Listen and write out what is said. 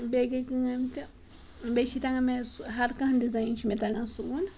بیٚیہِ گٔے کٲم تہِ بیٚیہِ چھِ تَگان مےٚ سُہ ہَر کانٛہہ ڈِزایِن چھِ مےٚ تَگان سُوُن